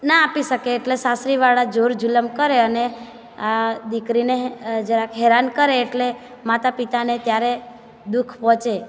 ના આપી શકે એટલે સાસરીવાળા જોરજુલમ કરે અને દીકરીને જરાક હેરાન કરે એટલે માતા પિતાને ત્યારે દુખ પહોંચે